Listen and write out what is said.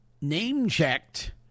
name-checked